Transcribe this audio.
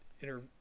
inter